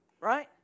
right